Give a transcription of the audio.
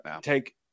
take